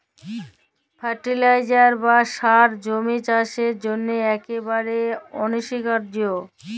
fertiliser বা সার জমির চাসের জন্হে একেবারে অনসীকার্য